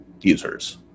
users